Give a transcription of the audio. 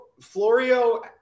Florio